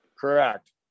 correct